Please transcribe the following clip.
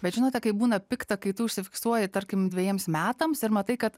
bet žinote kaip būna pikta kai tu užsifiksuoji tarkim dvejiems metams ir matai kad